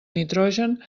nitrogen